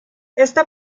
esta